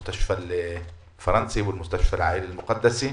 בית החולים הצרפתי ובית החולים המשפחה הקדושה.